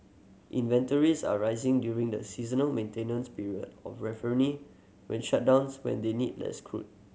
inventories are rising during the seasonal maintenance period of when shutdowns when they need less crude